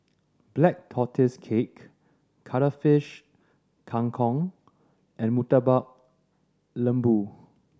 Black Tortoise Cake Cuttlefish Kang Kong and Murtabak Lembu